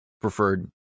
preferred